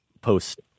post